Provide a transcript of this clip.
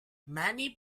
many